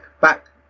back